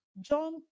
John